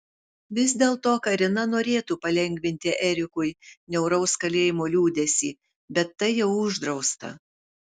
vis dėlto karina norėtų palengvinti erikui niauraus kalėjimo liūdesį bet tai jau uždrausta